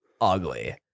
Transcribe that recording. ugly